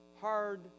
Hard